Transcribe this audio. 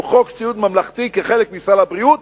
שהוא חוק סיעוד ממלכתי כחלק מסל הבריאות,